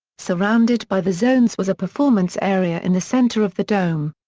surrounded by the zones was a performance area in the centre of the dome.